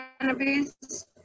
cannabis